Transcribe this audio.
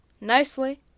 nicely